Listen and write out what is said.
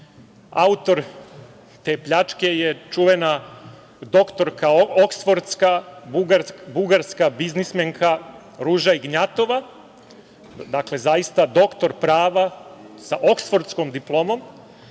Autor te pljačke je čuvena oksfordska doktorka, bugarska biznismenka Ruža Ignjatova, dakle, zaista doktor prava sa oksfordskom diplomom